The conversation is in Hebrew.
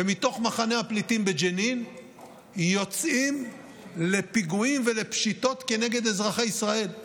ומתוך מחנה הפליטים בג'נין יוצאים לפיגועים ולפשיטות כנגד אזרחי ישראל: